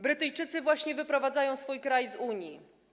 Brytyjczycy właśnie wyprowadzają swój kraj z Unii.